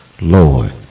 Lord